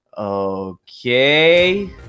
okay